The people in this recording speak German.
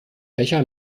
becher